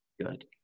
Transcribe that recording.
Good